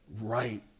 right